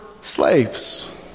slaves